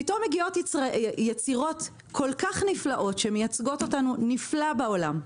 פתאום מגיעות יצירות נפלאות כל כך שמייצגות אותנו נפלא בעולם.